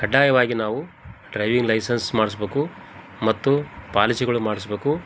ಕಡ್ಡಾಯವಾಗಿ ನಾವು driving licence ಮಾಡ್ಸ್ಬೇಕು ಮತ್ತು ಪಾಲಿಸಿಗಳು ಮಾಡ್ಸ್ಬೇಕು